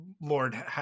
lord